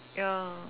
ya